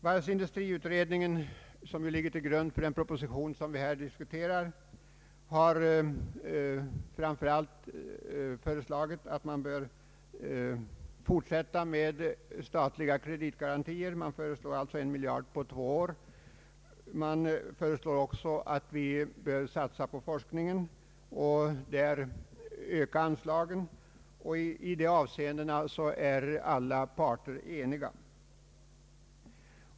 Varvsindustriutredningen, som ligger till grund för den proposition vi här disktuerar, har föreslagit att man bör fortsätta med statliga kreditgarantier. Man föreslår alltså en miljard kronor på två år. Man föreslår också att vi skall satsa på forskningen och öka anslagen. I de avseendena är alla parter eniga.